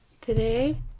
Today